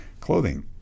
Clothing